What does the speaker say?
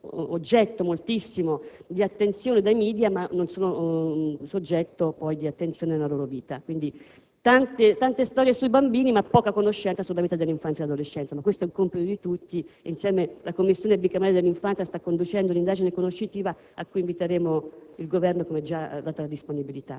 oggetto di grandissima attenzione da parte dei *media*, ma non sono poi soggetto di attenzione nella loro vita. Ci sono tante storie sui bambini, ma poca conoscenza sulla vita dell'infanzia e dell'adolescenza. Ma questo è un compito di tutti e la Commissione bicamerale per l'infanzia sta conducendo una indagine conoscitiva a cui inviteremo il Governo, che ha già dichiarato la sua disponibilità.